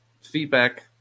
feedback